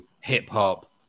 hip-hop